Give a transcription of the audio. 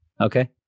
Okay